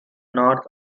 north